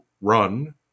run